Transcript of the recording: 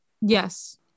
Yes